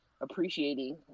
appreciating